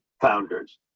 founders